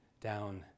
down